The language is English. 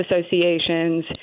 associations